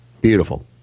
Beautiful